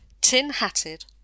tin-hatted